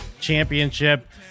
championship